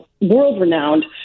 world-renowned